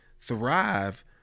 thrive